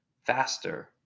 faster